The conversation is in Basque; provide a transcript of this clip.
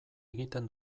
egiten